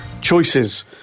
choices